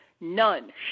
none